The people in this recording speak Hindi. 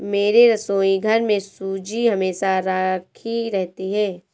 मेरे रसोईघर में सूजी हमेशा राखी रहती है